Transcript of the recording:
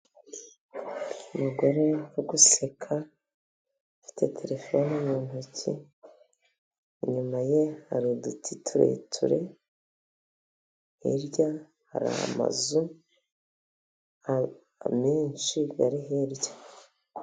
Umugore uri gusekam afite terefone mu ntoki, inyuma ye hari uduti tureture, hirya hari amazu menshi ari hirya.